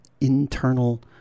internal